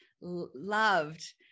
loved